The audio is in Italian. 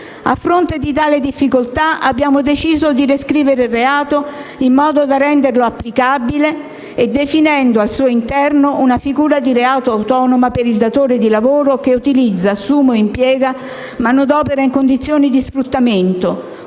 A fronte di tali difficoltà, abbiamo deciso di riscrivere il reato in modo da renderlo applicabile e definendo al suo interno una figura di reato autonoma per il datore di lavoro che utilizza, assume o impiega manodopera in condizioni di sfruttamento,